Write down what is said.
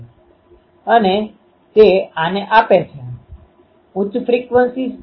તો અહીં આ થીટા વેરીએશનvariationભિન્નતા છે તમે જોશો કે આ વસ્તુ ફક્ત d અને αનું ફંક્શન છે